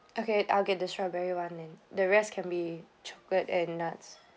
okay I'll get the strawberry [one] and the rest can be chocolate and nuts